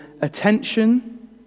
attention